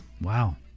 wow